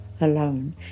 alone